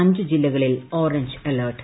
അഞ്ച് ജില്ലകളിൽ orange alert